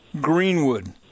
Greenwood